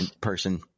person